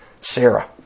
Sarah